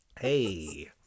Hey